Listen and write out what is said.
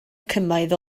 cymoedd